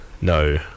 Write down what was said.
No